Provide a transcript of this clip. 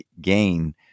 gain